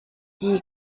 die